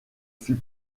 fut